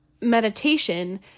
meditation